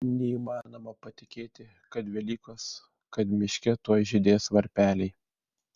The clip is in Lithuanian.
neįmanoma patikėti kad velykos kad miške tuoj žydės varpeliai